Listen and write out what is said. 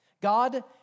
God